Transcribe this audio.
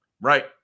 Right